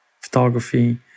photography